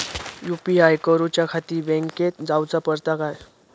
UPI करूच्याखाती बँकेत जाऊचा पडता काय?